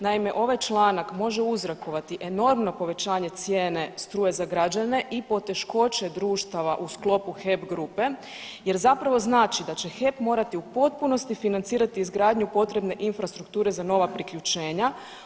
Naime, ovaj članak može uzrokovati enormno povećanje cijene struje za građane i poteškoće društava u sklopu HEP grupe jer zapravo znači da će HEP morati u potpunosti financirati izgradnju potrebne infrastrukture za nova priključenja.